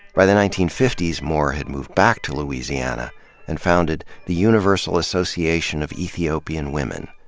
by the nineteen fifty s, moore had moved back to louisiana and founded the universal association of ethiopian women,